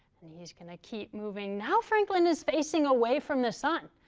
and he's gonna keep moving. now, franklin is facing away from the sun.